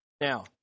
Now